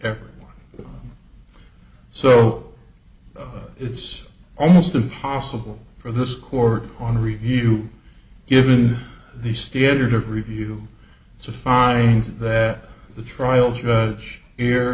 every one so it's almost impossible for this court on review given the standard of review to find that the trial judge here